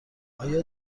آیا